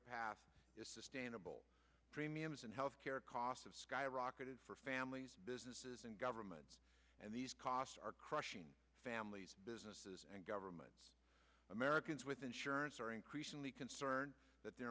is sustainable premiums and health care costs have skyrocketed for families businesses and government and the costs are crushing families businesses and government americans with insurance are increasingly concerned that their